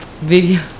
video